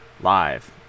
live